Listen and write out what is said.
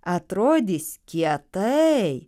atrodys kietai